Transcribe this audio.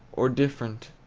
or different